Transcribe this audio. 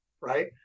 right